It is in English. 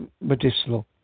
medicinal